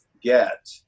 get